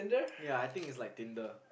ya I think it's like Tinder